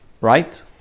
right